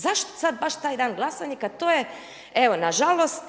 Zašto sad baš taj dan glasanja kad to je evo nažalost